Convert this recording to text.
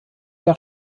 der